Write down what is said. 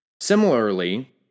Similarly